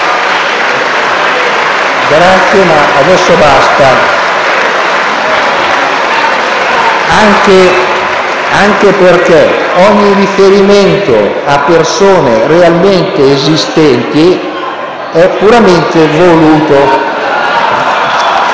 ringrazio ma adesso basta, anche perché ogni riferimento a persone realmente esistenti è puramente voluto!